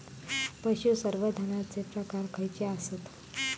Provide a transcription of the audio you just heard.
पशुसंवर्धनाचे प्रकार खयचे आसत?